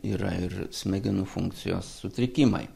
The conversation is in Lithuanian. yra ir smegenų funkcijos sutrikimai